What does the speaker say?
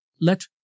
let